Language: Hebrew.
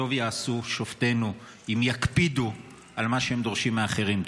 וטוב יעשו שופטינו אם יקפידו על מה שהם דורשים מאחרים.